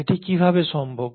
এটি কীভাবে সম্ভব